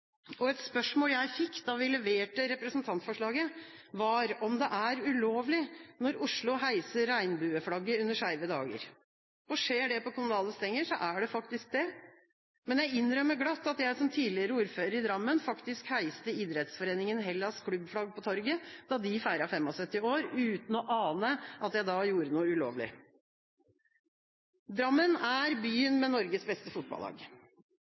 kjent? Et spørsmål jeg fikk da vi leverte representantforslaget, var om det er ulovlig når Oslo heiser regnbueflagget under Skeive dager. Skjer det på kommunale stenger, er det faktisk det. Men jeg innrømmer glatt at jeg som tidligere ordfører i Drammen faktisk heiste Idrettsforeningen Hellas’ klubbflagg på torget da de feiret 75 år, uten å ane at jeg da gjorde noe ulovlig. Drammen er byen med Norges beste fotballag.